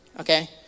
Okay